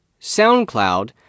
SoundCloud